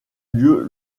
lieu